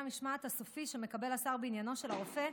המשמעת הסופי שמקבל השר בעניינו של הרופא.